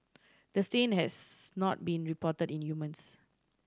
the strain has not been reported in humans